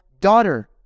daughter